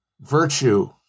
virtue